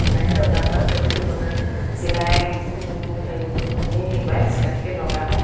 চিলাই দৰকাৰ হয় প্ৰতিটোতে চিলাই হেৰি কৰি পিনিয়ে শিকায় চিলাইকে দৰকাৰ হয়